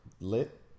lit